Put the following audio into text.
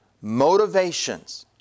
motivations